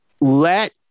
Let